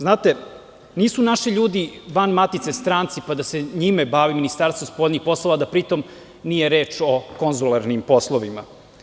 Znate, nisu naši ljudi van matice stranci, pa da se njime bavi Ministarstvo spoljnih poslova da pri tom nije reč o konzularnim poslovima.